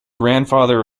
grandfather